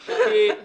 אדוני,